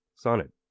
Sonnet